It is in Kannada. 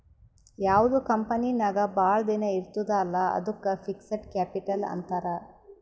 ಯಾವ್ದು ಕಂಪನಿ ನಾಗ್ ಭಾಳ ದಿನ ಇರ್ತುದ್ ಅಲ್ಲಾ ಅದ್ದುಕ್ ಫಿಕ್ಸಡ್ ಕ್ಯಾಪಿಟಲ್ ಅಂತಾರ್